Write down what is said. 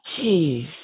Jeez